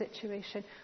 situation